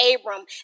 Abram